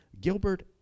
Gilbert